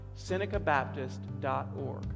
SenecaBaptist.org